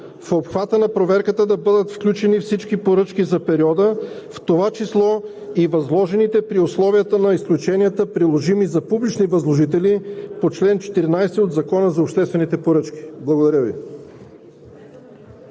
В обхвата на проверката да бъдат включени всички поръчки за периода, в това число и възложените при условията на изключенията, приложими за публични възложители, по чл. 14 от Закона за обществените поръчки.“ Благодаря Ви.